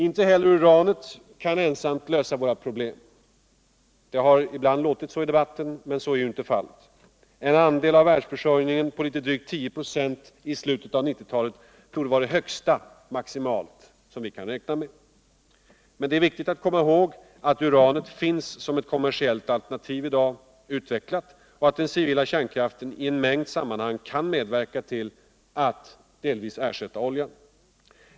Inte heller uranet kan ensamt lösa våra problem. Det har ibland låtit så i debatten, men så är ju inte fallet. En andel av världsförsöriningen på litet drygt 10 "561 slutet av 1990-talet torde vara det högsta vi kan räkna med. Men det är viktigt att komma ihåg att uranet finns som ett kommersiellt alternativ i dag — fullt utvecklat — och att den civila kärnkraften i en mängd sammanhang kan medverka till att delvis ersätta oljan.